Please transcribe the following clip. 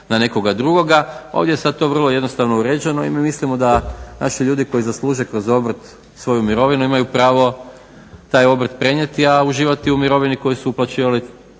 na nekoga drugoga. Ovdje je sad to vrlo jednostavno uređeno i mi mislimo da naši ljudi koji zasluže kroz obrt svoju mirovinu imaju pravo taj obrt prenijeti, a uživati u mirovini koju su uplaćivali